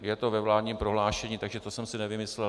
Je to ve vládním prohlášení, to jsem si nevymyslel.